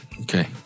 Okay